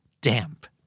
damp